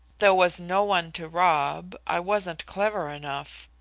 there was no one to rob i wasn't clever enough.